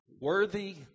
worthy